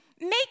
make